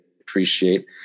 appreciate